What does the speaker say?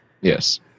Yes